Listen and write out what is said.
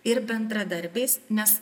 ir bendradarbiais nes